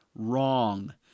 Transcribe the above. wrong